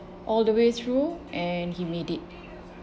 all the way through and he made it